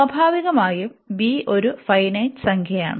സ്വാഭാവികമായും b ഒരു finite സംഖ്യയാണ്